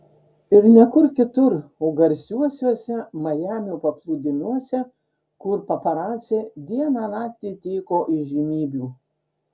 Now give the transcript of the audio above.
ir ne kur kitur o garsiuosiuose majamio paplūdimiuose kur paparaciai dieną naktį tyko įžymybių